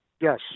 yes